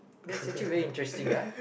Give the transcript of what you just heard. that's actually very interesting ah